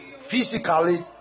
physically